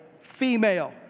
female